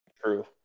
True